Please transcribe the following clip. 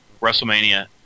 WrestleMania